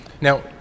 now